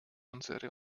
unsere